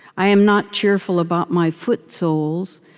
i am not cheerful about my foot soles,